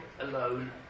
alone